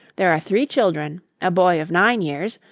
there are three children a boy of nine years,